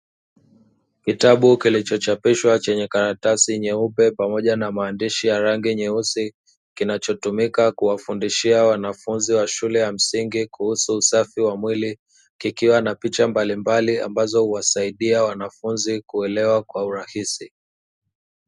Kitabu kilichochapiswa chenye karatasi nyeupe pamoja na mandishi ya rangi nyeusi. Kinachotumika kuwafundishia wanafunzi wa shule za msingi kuhusu usafi wa mwili. Kikiwa na picha mbalimbali ambazo huwasaidia wanafunzi kuelewa kwa urahisi.